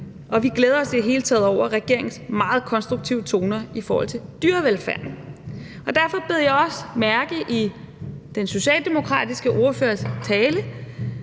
og vi glæder os i det hele taget over regeringens meget konstruktive toner i forhold til dyrevelfærd, og derfor bed jeg også mærke i den socialdemokratiske ordførers tale.